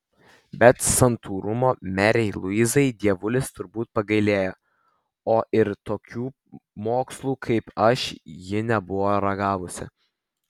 bet santūrumo merei luizai dievulis turbūt pagailėjo o ir tokių mokslų kaip aš ji nebuvo ragavusi